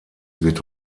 wird